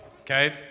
Okay